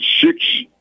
six